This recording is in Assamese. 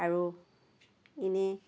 আৰু ইনেই